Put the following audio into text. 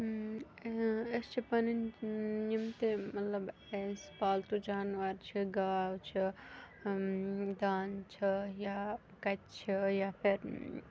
أسۍ چھِ پَنٕنۍ یِم تہِ مَطلَب ایز پالتو جانوَر چھِ گاو چھِ دانٛد چھُ یا کَچ چھِ یا پھر